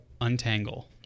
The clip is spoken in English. untangle